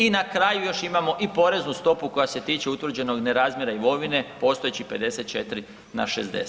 I na kraju još imamo i poreznu stopu koja se tiče utvrđenog nerazmjera imovine postojeći 54 na 60.